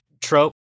trope